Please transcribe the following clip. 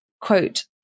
quote